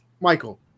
Michael